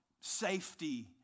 safety